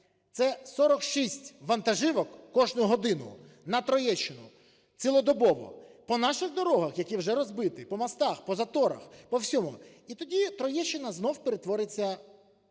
Це 46 вантажівок кожну годину, на Троєщину, цілодобово по наших дорогах, які вже розбиті, по мостах, по заторах, по всьому. І тоді Троєщина знову перетвориться в що